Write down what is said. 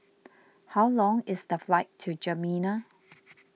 how long is the flight to N'Djamena